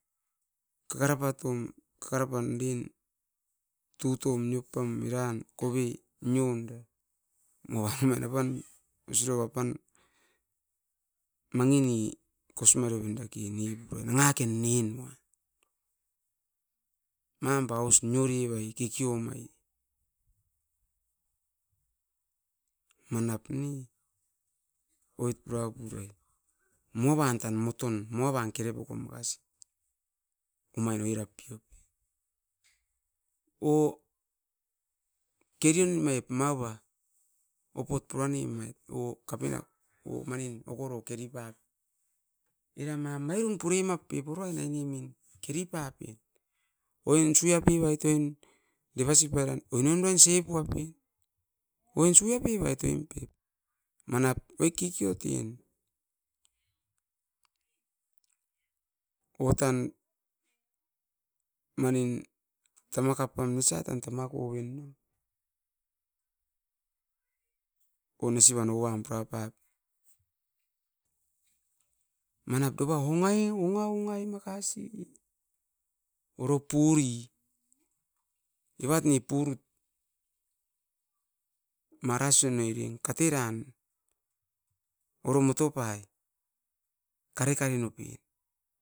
Kakarapatom kakarap den tutun niopam eran nian kove niom era moava apan osirau apan mangini kosimareoven dake nepurai nangaken nen moa mampa aus niorevait kekeom ai manap ne oit purapurai moavan tan moton moavan kerepokon makasi omain oirapiopen or kerin maip mava opot puranemait or kavenaka or manin okoro keripaiet eram ma mairum puremap pep uruain ainemin keripape oin siapevait oin devasipairan oin oin uruain siepuapen oin suapevait oin pep manap oit kekoten otan manin tamakap pam nesia tan tamakoven no oh nesivan ouan purapapi manap dova ongaie onga makasi oro puri evat ne purut marasionoi eren kateran oromotopai karekare nopen